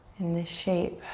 in this shape.